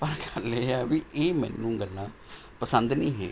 ਪਰ ਗੱਲ ਇਹ ਆ ਵੀ ਇਹ ਮੈਨੂੰ ਗੱਲਾਂ ਪਸੰਦ ਨਹੀਂ ਹੈਗੀਆਂ